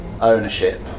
ownership